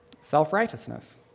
Self-righteousness